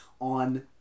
on